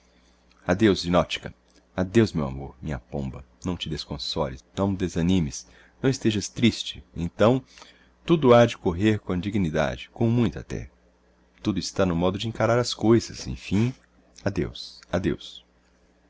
adeus zinotchka adeus meu amor minha pomba não te desconsoles não desanimes não estejas triste então tudo ha de correr com dignidade com muita até tudo está no modo de encarar as coisas emfim adeus adeus